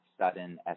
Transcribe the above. sudden